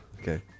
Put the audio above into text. Okay